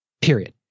period